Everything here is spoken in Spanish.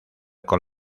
con